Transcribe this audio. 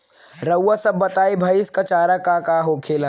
रउआ सभ बताई भईस क चारा का का होखेला?